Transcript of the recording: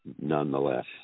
nonetheless